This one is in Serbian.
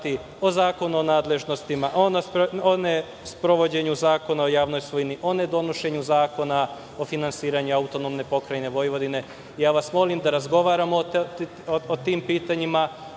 o zakonu o nadležnostima, o ne sprovođenju Zakona o javnoj svojini, o ne donošenju Zakona o finansiranju AP Vojvodine. Molim vas da razgovaramo o tim pitanjima,